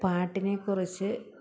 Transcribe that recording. പാട്ടിനെക്കുറിച്ച്